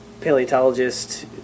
paleontologist